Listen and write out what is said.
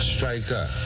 Striker